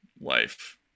life